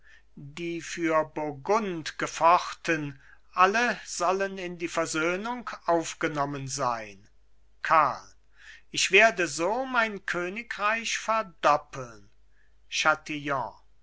die für burgund gefochten alle sollen in die versöhnung aufgenommen sein karl ich werde so mein königreich verdoppeln